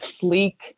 sleek